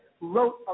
wrote